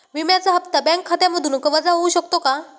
विम्याचा हप्ता बँक खात्यामधून वजा होऊ शकतो का?